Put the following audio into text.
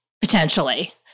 potentially